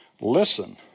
Listen